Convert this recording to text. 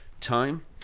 time